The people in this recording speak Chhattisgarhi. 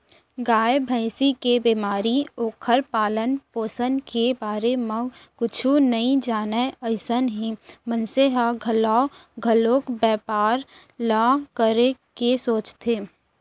गाय, भँइसी के बेमारी, ओखर पालन, पोसन के बारे म कुछु नइ जानय अइसन हे मनसे ह घलौ घलोक बैपार ल करे के सोचथे